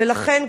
ולכן,